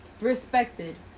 respected